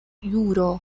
juro